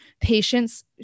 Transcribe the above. patients